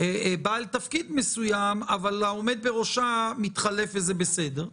בעל תפקיד מסוים אבל העומד בראשה מתחלף, וזה בסדר.